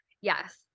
yes